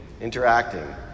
interacting